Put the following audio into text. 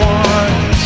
one